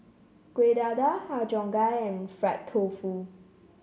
Kueh Dadar Har Cheong Gai and Fried Tofu